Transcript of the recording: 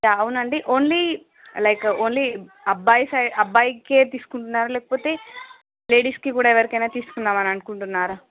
yeah అవునండి only like only అబ్బాయి side అబ్బాయికే తీసుకుంటునరా లేకపోతే లేడీస్కి కూడా ఎవరికైనా తీసుకుందామననుకుంటున్నారా